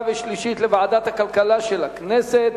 וקריאה שלישית לוועדת הכלכלה של הכנסת.